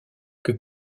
que